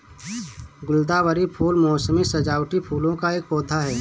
गुलदावरी फूल मोसमी सजावटी फूलों का एक पौधा है